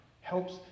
helps